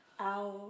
out